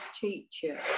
teacher